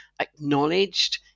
acknowledged